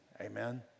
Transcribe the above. Amen